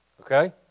okay